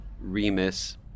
Remus